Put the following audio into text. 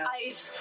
ice